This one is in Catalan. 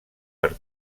per